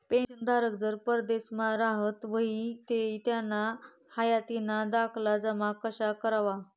पेंशनधारक जर परदेसमा राहत व्हयी ते त्याना हायातीना दाखला जमा कशा करवा?